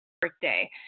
birthday